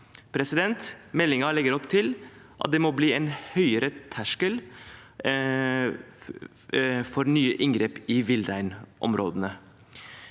Meldingen legger opp til at det må bli en høyere terskel for nye inngrep i villreinområdene.